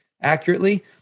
accurately